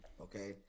Okay